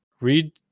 read